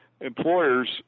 employers